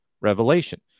revelation